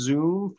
Zoom